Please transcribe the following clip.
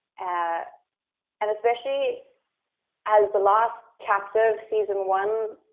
ah and especially as the last chapter of season one,